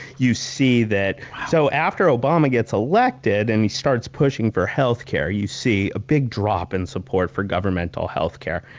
you see that, so after obama gets elected and he starts pushing for health care, you see a big drop in support for governmental health care,